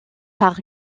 par